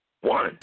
one